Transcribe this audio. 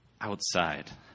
outside